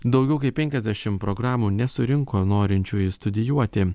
daugiau kaip penkiasdešim programų nesurinko norinčiųjų studijuoti